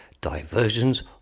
diversions